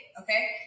okay